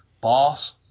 boss